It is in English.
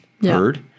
heard